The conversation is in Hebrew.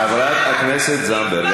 חברת הכנסת זנדברג,